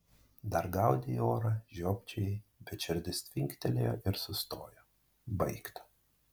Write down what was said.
dar gaudei orą žiopčiojai bet širdis tvinktelėjo ir sustojo baigta